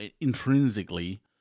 intrinsically